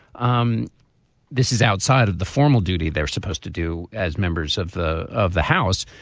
um this is outside of the formal duty they're supposed to do as members of the of the house.